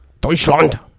Deutschland